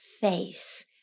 face